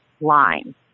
line